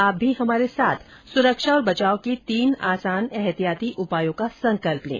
आप भी हमारे साथ सुरक्षा और बचाव के तीन आसान एहतियाती उपायों का संकल्प लें